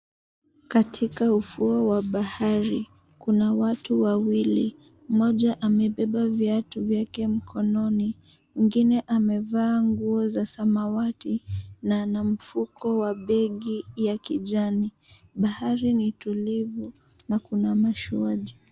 Katika ufuo wa bahari, kuna watu wawili. Mmoja amebeba viatu vyake mkononi, mwingine amevaa nguo za samawati na ana mfuko wa begi ya kijani. Bahari ni tulivu na kuna mashua juu.